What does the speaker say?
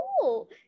cool